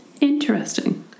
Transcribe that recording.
Interesting